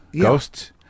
Ghosts